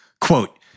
quote